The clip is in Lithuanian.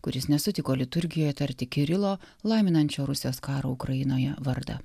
kuris nesutiko liturgijoje tarti kirilo laiminančio rusijos karą ukrainoje vardą